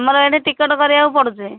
ଆମର ଏଇଠି ଟିକେଟ୍ କରିବାକୁ ପଡ଼ୁଛି